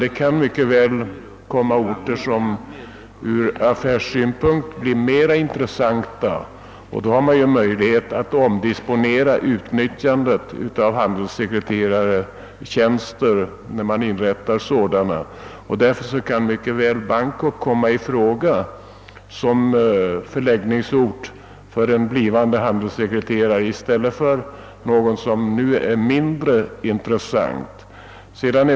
Det kan mycket väl visa sig att andra orter från affärssynpunkt blir mer intressanta, och då har man möjlighet att omdisponera redan inrättade handelssekreterartjänster. Därför kan mycket väl Bangkok komma i fråga som förläggningsort för en handelssekreterare i stället för någon plats som nu är mindre intressant.